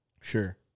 Sure